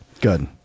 Good